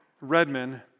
Redman